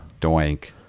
doink